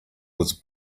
was